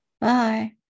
Bye